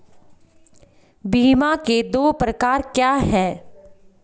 बीमा के दो प्रकार क्या हैं?